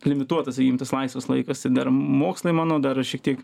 limituotas sakykim tas laisvas laikas ir dar mokslai mano dar šiek tiek